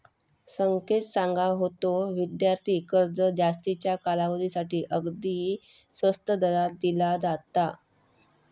संकेत सांगा होतो, विद्यार्थी कर्ज जास्तीच्या कालावधीसाठी अगदी स्वस्त दरात दिला जाता